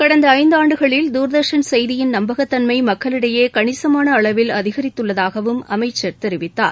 கடந்த ஐந்தாண்டுகளில் தூர்தர்ஷன் செய்தியில் நம்பகத்தன்மை மக்களிடையே கணிசமான அளவில் அதிகரித்துள்ளதாகவும் அமைச்சர் தெரிவித்தார்